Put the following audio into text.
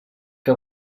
que